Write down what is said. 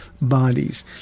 bodies